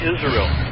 Israel